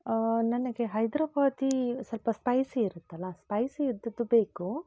ಆ ನನಗೆ ಹೈದರಾಬಾದಿ ಸ್ವಲ್ಪ ಸ್ಪೈಸಿ ಇರುತ್ತಲ್ಲ ಸ್ಪೈಸಿ ಇದ್ದದ್ದು ಬೇಕು